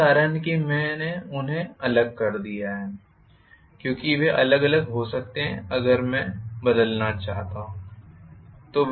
यही कारण है कि मैंने उन्हें अलग ले लिया है क्योंकि वे अलग अलग हो सकते हैं अगर मैं बदलना चाहता हूं